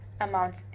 amount